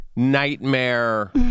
nightmare